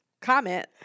Comment